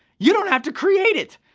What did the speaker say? you don't have to create it.